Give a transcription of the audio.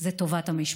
זה טובת המשפחות,